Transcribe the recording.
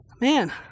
Man